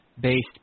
based